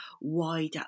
wide